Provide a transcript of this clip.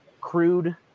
crude